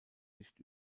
nicht